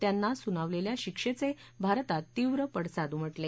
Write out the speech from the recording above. त्यांना सुनावलेल्या शिक्षेचे भारतात तीव्र पडसाद उमा के